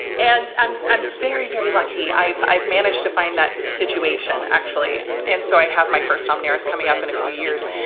and i'm i'm very, very lucky. i've i've managed to find that situation, actually. and so i have my first um i'm coming up in a few years.